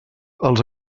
els